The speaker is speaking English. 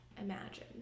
Imagine